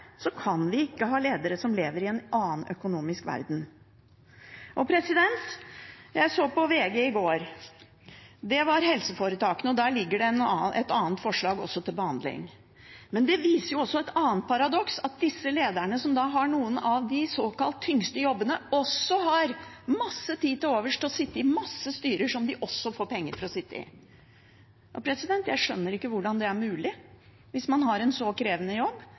så på VG i går. Det gjaldt helseforetakene, og der ligger det også et annet forslag til behandling. Men det viser et annet paradoks – at disse lederne som har noen av de såkalt tyngste jobbene, også har masse tid til overs til å sitte i masse styrer som de også får penger for å sitte i. Jeg skjønner ikke hvordan det er mulig hvis man har en så krevende jobb,